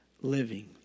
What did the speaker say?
living